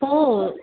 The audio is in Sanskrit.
ओ